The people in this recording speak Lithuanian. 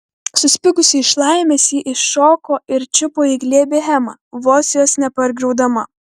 suspigusi iš laimės ji iššoko ir čiupo į glėbį hemą vos jos nepargriaudama